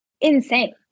insane